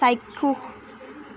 চাক্ষুষ